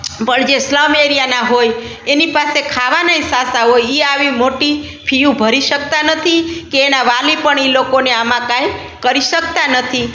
પણ જે સ્લમ એરિયાના હોય એની પાસે ખાવાનાએ સાંસા હોય એ આવી મોટી ફિઉ ભરી શકતા નથી કે એના વાલી પણ એ લોકોને આમાં કાંઈ કરી શકતા નથી